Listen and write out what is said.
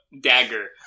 dagger